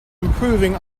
improving